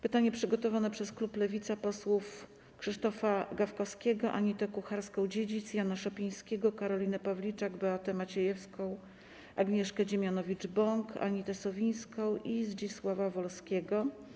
Pytanie zostało przygotowane przez klub Lewica, posłów Krzysztofa Gawkowskiego, Anitę Kucharską-Dziedzic, Jana Szopińskiego, Karolinę Pawliczak, Beatę Maciejewską, Agnieszkę Dziemianiowcz-Bąk, Anitę Sowińską i Zdzisława Wolskiego.